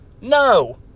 No